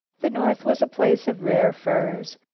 the north was a place of rare furs,